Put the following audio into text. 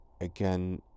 Again